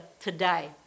today